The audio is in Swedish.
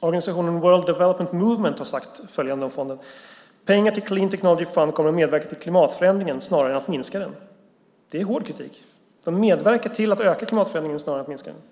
Organisationen World Development Movement har sagt följande om fonden: Pengar till Clean Technology Fund kommer att medverka till klimatförändringen snarare än att minska den. Det är hård kritik. CTF medverkar till att öka klimatförändringen snarare än att minska den.